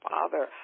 Father